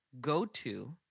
go-to